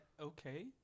Okay